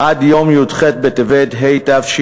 עד יום י"ח בטבת התשע"ג,